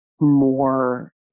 more